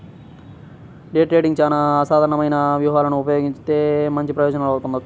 day ట్రేడింగ్లో చానా అసాధారణమైన వ్యూహాలను ఉపయోగిత్తే మంచి ప్రయోజనాలను పొందొచ్చు